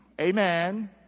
Amen